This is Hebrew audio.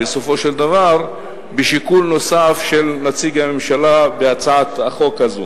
בסופו של דבר בשיקול נוסף של נציג הממשלה בהצעת החוק הזאת.